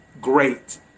great